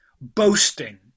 boasting